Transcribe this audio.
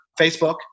Facebook